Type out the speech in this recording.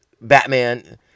Batman